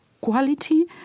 quality